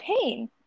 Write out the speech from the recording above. pain